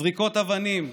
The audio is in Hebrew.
זריקות אבנים,